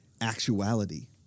actuality